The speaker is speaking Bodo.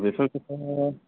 बेफोरखौथ'